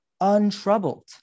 untroubled